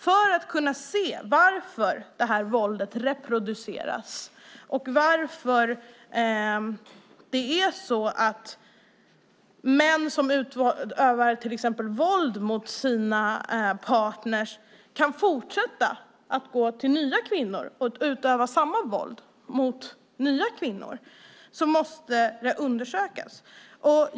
För att kunna se varför det här våldet reproduceras och varför män som utövar våld mot sina partner kan fortsätta att gå till nya kvinnor och utöva samma våld mot dem måste det undersökas.